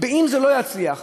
אם זה לא יצליח,